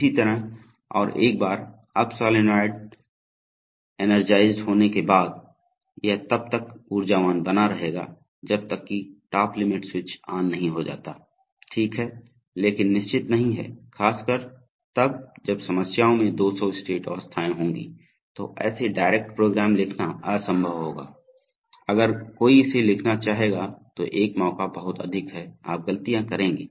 इसी तरह और एक बार अप सॉलोनॉयड अनरजाएज़ेड होने के बाद यह तब तक उर्जावान बना रहेगा जब तक कि टॉप लिमिट स्विच ऑन नहीं हो जाता ठीक है लेकिन निश्चित नहीं है खासकर तब जब समस्याओं में 200 स्टेट अवस्थाएँ होंगी तो ऐसे डायरेक्ट प्रोग्राम लिखना असंभव होगा अगर कोई इसे लिखना चाहेगा तो एक मौका बहुत अधिक है आप गलतियाँ करेंगे